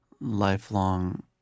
lifelong